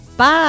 Bye